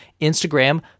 Instagram